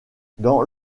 dans